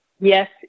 yes